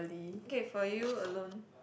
okay for you alone